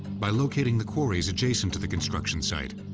by locating the quarries adjacent to the construction site,